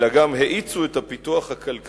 אלא גם האיצו את הפיתוח הכלכלי